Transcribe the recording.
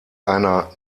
einer